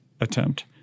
attempt